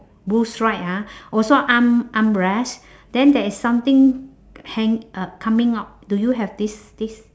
blue stripe ah also arm armrest then there is something hang~ uh coming out do you have this this